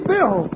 Bill